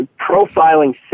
profiling